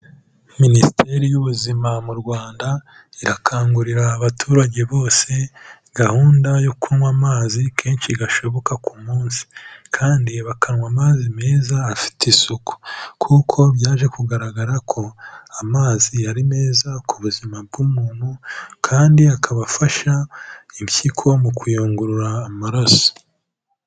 Minisiteri y'Ubuzima mu Rwanda irakangurira abaturage bose gahunda yo kunywa amazi kenshi gashoboka ku munsi, kandi bakanywa amazi meza afite isuku kuko byaje kugaragara ko amazi ari meza ku buzima bw'umuntu kandi akaba afasha impyiko mu kuyungurura amaraso.